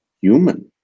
human